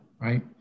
right